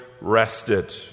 rested